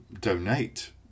donate